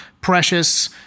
precious